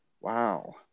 wow